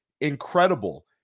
Incredible